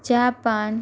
Japan